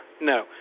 no